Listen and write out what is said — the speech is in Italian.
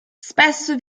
spesso